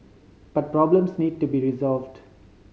but problems need to be resolved